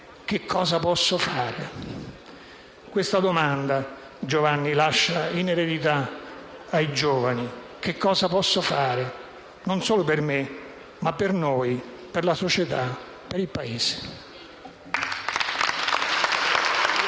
«Che cosa posso fare?». Questa domanda Giovanni lascia in eredità ai giovani: che cosa posso fare? Non solo per me, ma per noi, per la società, per il Paese. *(Vivi